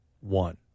one